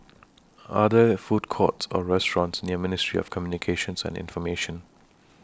Are There Food Courts Or restaurants near Ministry of Communications and Information